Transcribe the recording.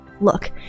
look